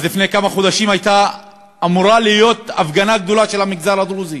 לפני כמה חודשים הייתה אמורה להיות הפגנה גדולה של המגזר הדרוזי.